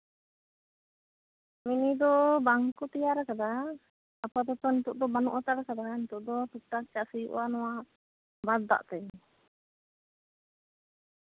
ᱢᱤᱱᱤ ᱫᱚ ᱵᱟᱝ ᱠᱚ ᱛᱮᱭᱟᱨ ᱟᱠᱟᱫᱟ ᱟᱯᱟᱛᱚᱛᱚ ᱱᱤᱛᱳᱜ ᱫᱚ ᱵᱟᱹᱱᱩᱜ ᱦᱟᱛᱟᱲ ᱟᱠᱟᱫᱟ ᱱᱤᱛᱳᱜ ᱫᱚ ᱴᱩᱠ ᱴᱟᱠ ᱪᱟᱥ ᱦᱩᱭᱩᱜᱼᱟ ᱱᱚᱶᱟ ᱵᱟᱸᱫᱷ ᱫᱟᱜᱛᱮ